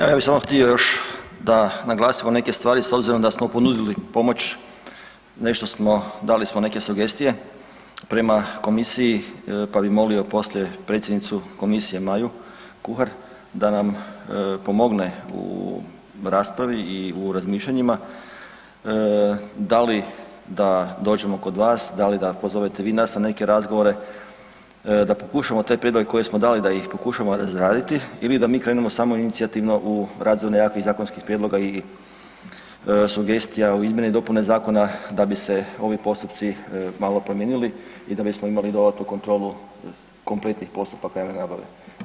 Evo ja bi samo htio još da naglasimo neke stvari s obzirom da smo ponudili pomoć, nešto smo, dali smo neke sugestije prema komisiji pa bi molio poslije predsjednicu komisije Maju Kuhar da nam pomogne u raspravi i u razmišljanjima da li da dođemo kod vas, da li da pozovete vi nas na neke razgovore da pokušamo te prijedloge koje smo dali, da ih pokušamo razraditi ili da mi krenemo samoinicijativno u razradu nekakvih zakonskih prijedloga i sugestija u izmjene i dopune zakon da bi se ovi postupci malo promijenili i da bismo imali dodatnu kontrolu kompletnih postupaka javne nabave.